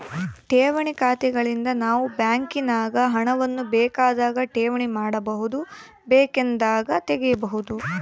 ಠೇವಣಿ ಖಾತೆಗಳಿಂದ ನಾವು ಬ್ಯಾಂಕಿನಾಗ ಹಣವನ್ನು ಬೇಕಾದಾಗ ಠೇವಣಿ ಮಾಡಬಹುದು, ಬೇಕೆಂದಾಗ ತೆಗೆಯಬಹುದು